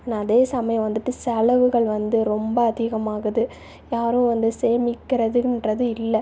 ஆனால் அதே சமயம் வந்துவிட்டு செலவுகள் வந்து ரொம்ப அதிகமாகுது யாரும் வந்து சேமிக்கிறதுன்றது இல்லை